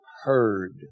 heard